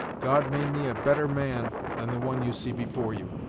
god made me a better man than the one you see before you.